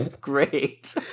Great